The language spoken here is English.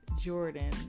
jordan